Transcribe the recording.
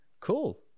Cool